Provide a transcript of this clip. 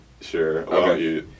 Sure